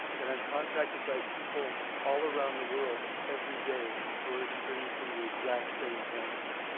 and i'm contacted by people all around the world, every day, who are experiencing the exact same things.